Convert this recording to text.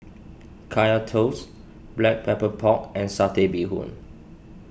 Kaya Toast Black Pepper Pork and Satay Bee Hoon